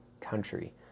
country